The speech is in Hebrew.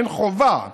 אין חובה,